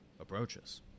approaches